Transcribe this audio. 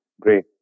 great